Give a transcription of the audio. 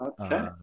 Okay